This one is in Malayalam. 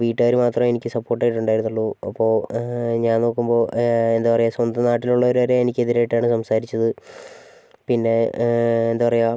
വീട്ടുകാർ മാത്രമാണ് എനിക്ക് സപ്പോർട്ട് ആയിട്ട് ഉണ്ടായിരുന്നുള്ളൂ അപ്പോൾ ഞാൻ നോക്കുമ്പോൾ എന്താണ് പറയുക സ്വന്തം നാട്ടിലുള്ളവർ വരെ എനിക്കെതിരായിട്ടാണ് സംസാരിച്ചത് പിന്നെ എന്താണ് പറയുക